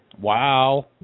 Wow